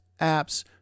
apps